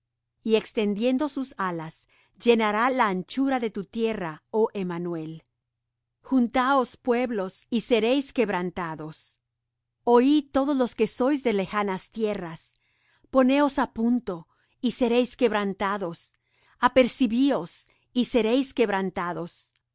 y extendiendo sus alas llenará la anchura de tu tierra oh emmanuel juntaos pueblos y seréis quebrantados oid todos los que sois de lejanas tierras poneos á punto y seréis quebrantados apercibíos y seréis quebrantados